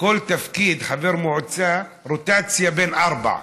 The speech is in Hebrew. כל תפקיד חבר מועצה זה רוטציה בין ארבעה.